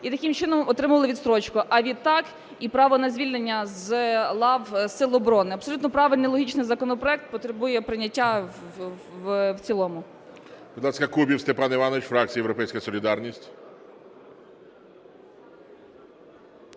і таким чином отримували відстрочку, а відтак і право на звільнення з лав сил оборони. Абсолютно правильний і логічний законопроект, потребує прийняття в цілому.